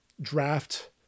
draft